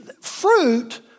fruit